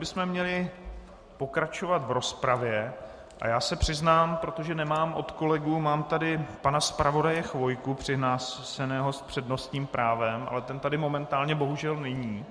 My bychom měli pokračovat v rozpravě a já se přiznám, protože nemám od kolegů mám tady pana zpravodaje Chvojku přihlášeného s přednostním právem, ale ten tady momentálně bohužel není.